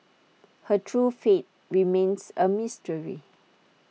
her true fate remains A mystery